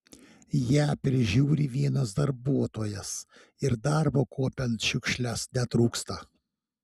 ją prižiūri vienas darbuotojas ir darbo kuopiant šiukšles netrūksta